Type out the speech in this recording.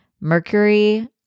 Mercury